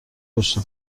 پشت